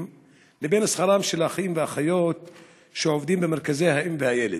לבין שכרם של האחים והאחיות שעובדים במרכזי האם והילד.